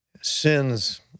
sins